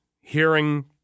hearing